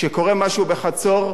כשקורה משהו בחצור,